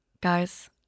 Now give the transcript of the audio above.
Guys